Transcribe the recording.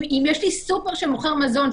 אם יש לי סופר שמוכר מזון,